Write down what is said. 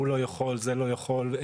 זה לא יכול,